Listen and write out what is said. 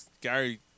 Gary